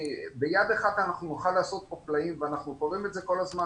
ביד אחת נוכל לעשות פה פלאים ואנחנו קוראים לכך כל הזמן,